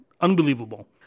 unbelievable